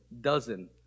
dozen